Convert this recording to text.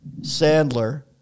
Sandler